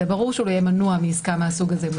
זה ברור שהוא יהיה מנוע מעסקה מהסוג הזה.